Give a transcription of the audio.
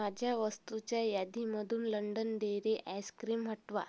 माझ्या वस्तूच्या यादीमधून लंडन डेअरी अॅस्क्रीम हटवा